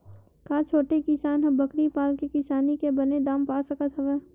का छोटे किसान ह बकरी पाल के किसानी के बने दाम पा सकत हवय?